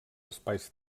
espais